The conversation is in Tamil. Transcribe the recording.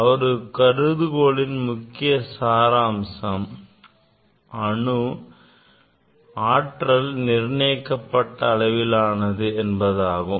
அவரது கருதுகோளின் முக்கிய சாராம்சம் ஆற்றல் நிர்ணயிக்கப்பட்ட அளவிலானது என்பதாகும்